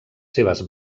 seves